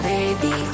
Baby